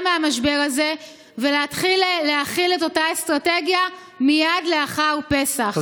מהמשבר הזה ולהתחיל להחיל את אותה אסטרטגיה מייד לאחר פסח.